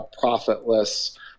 profitless